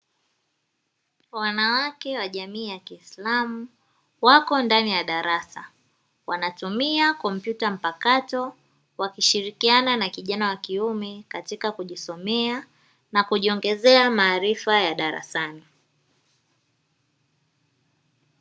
Wanawake wa jamii ya kiislamu, wako ndani ya darasa wanatumia kompyuta mpakato, wakishirikiana na kijana wa kiume, Katika kujisomea na kujiongezea maarifa ya darasani.